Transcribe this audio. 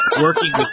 working